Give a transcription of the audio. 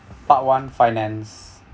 part one finance